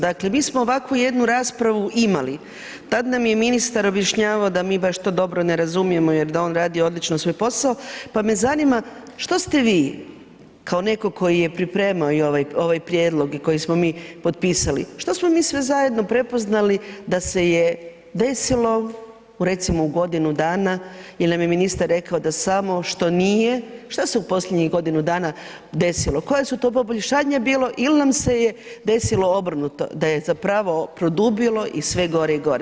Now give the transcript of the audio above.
Dakle, mi smo ovakvu jednu raspravu imali, tad nam je ministar objašnjavao da mi baš to dobro ne razumijemo jer da on radi odlično svoj posao, pa me zanima što ste vi kao netko koji je pripremao i ovaj, ovaj prijedlog i koji smo mi potpisali, što smo mi sve zajedno prepoznali da se je desilo recimo u godinu dana jel nam je ministar rekao da samo što nije, šta se u posljednjih godinu dana desilo, koja su to poboljšanja bilo il nam se je desilo obrnuto da je zapravo produbilo i sve gore i gore.